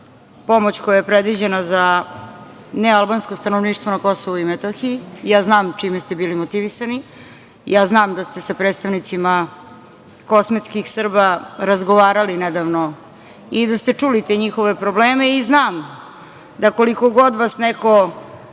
pomoć koja je predviđena za nealbansko stanovništvo na Kosovu i Metohiji. Ja znam čime ste bili motivisani. Ja znam da ste sa predstavnicima kosmetskih Srba razgovarali nedavno i da ste čuli te njihove probleme i znam da koliko god vas neko,